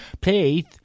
Please